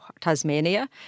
Tasmania